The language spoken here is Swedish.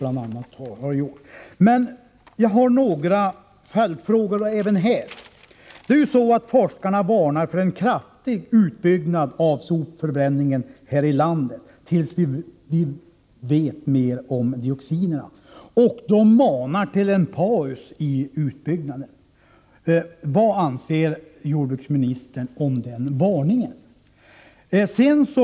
Men jag vill ställa några följdfrågor även härvidlag. Forskarna varnar för en kraftig utbyggnad av sopförbränningen här i landet innan vi vet mer om dioxinerna, och de manar till en paus i utbyggnaden. Vad anser jordbruksministern om en sådan varning?